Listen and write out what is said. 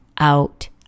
out